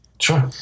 Sure